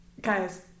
Guys